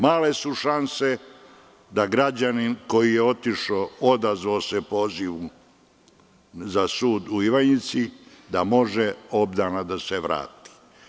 Male su šanse da građanin koji je otišao da se odazove pozivu suda u Ivanjici da može obdana da se vrati.